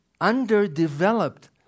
underdeveloped